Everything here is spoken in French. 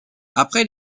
après